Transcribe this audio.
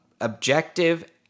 objective